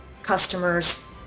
customers